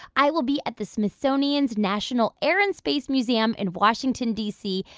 i will be at the smithsonian's national air and space museum in washington, d c,